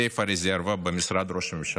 בסעיף הרזרבה במשרד ראש הממשלה.